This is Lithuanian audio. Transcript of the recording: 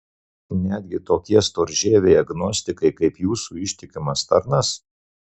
netgi tokie storžieviai agnostikai kaip jūsų ištikimas tarnas